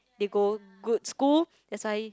they go good school that's why